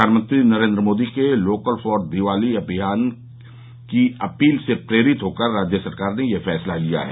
प्रधानमंत्री नरेन्द्र मोदी के local for Diwali अभियान की अपील से प्रेरित होकर राज्य सरकार ने यह फैसला लिया है